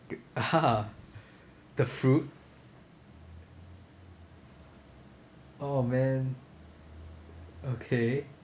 the fruit oh man okay